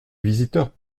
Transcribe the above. visiteurs